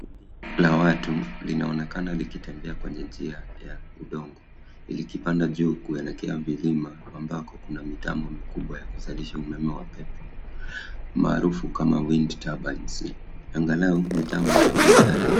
Kundi la watu linaonekana likitembea kwa njia ya udongo. Ili kupanda juu kuelekea milima ambapo kuna mitambo kubwa ya kuzalisha umeme wa pepo maarufu kama wind turbines . Angalau mitambo mitatu